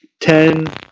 Ten